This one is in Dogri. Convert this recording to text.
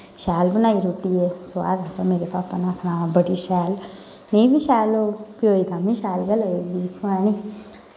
शैल बनाई रुट्टी एह् सोआद हा मेरे पापा ने आखना हां बड़ी शैल नेईं में शैल प्योए गी ते शैल गै लगदी हैनी